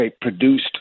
produced